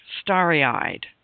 Starry-eyed